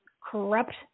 corrupt